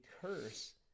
curse